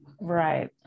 Right